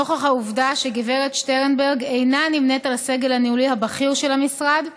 נוכח העובדה שגב' שטרנברג אינה נמנית עם הסגל הניהולי הבכיר של המשרד,